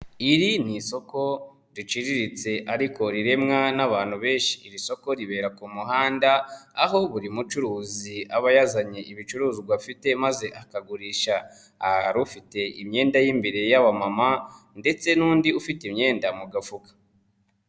Iri ni isoko riciriritse ariko riremwa n'abantu benshi. Iri soko ribera ku muhanda aho buri mucuruzi aba yazanye ibicuruzwa afite maze akagurisha. Aha hari ufite imyenda y'imbere y'abamama ndetse n'undi ufite imyenda mu gafuka.